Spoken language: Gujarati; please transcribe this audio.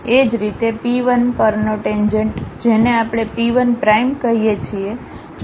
એ જ રીતે p 1 પરનોટેન્જેન્ટ જેને આપણે p 1 પ્રાઇમ કહીએ છીએ